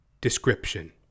description